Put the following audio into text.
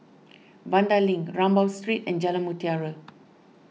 Vanda Link Rambau Street and Jalan Mutiara